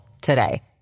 today